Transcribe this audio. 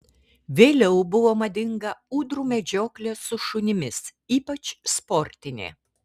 vėliau buvo madinga ūdrų medžioklė su šunimis ypač sportinė